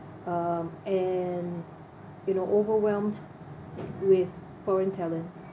um and you know overwhelmed with foreign talent